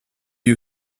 you